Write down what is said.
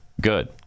Good